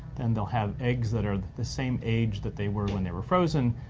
then they'll have eggs that are the same age that they were when they were frozen,